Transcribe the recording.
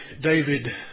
David